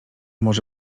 może